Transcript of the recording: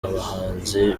abahanzi